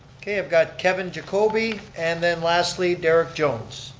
okay, um got kevin jacobi, and then lastly, derek jones.